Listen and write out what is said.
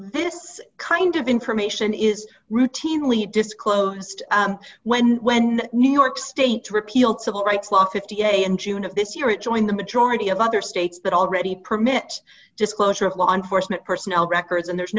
this kind of information is routinely disclosed when when new york state repealed civil rights law fifty in june of this year it joined the majority of other states that already permit disclosure of law enforcement personnel records and there's